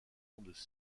onde